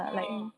orh